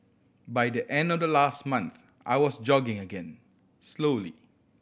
by the end of the last month I was jogging again slowly